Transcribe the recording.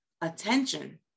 attention